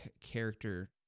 character –